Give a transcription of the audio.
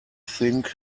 think